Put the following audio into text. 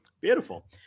Beautiful